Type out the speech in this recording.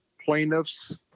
plaintiffs